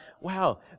wow